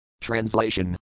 Translation